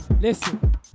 Listen